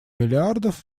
миллиардов